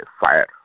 fire